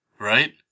Right